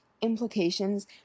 implications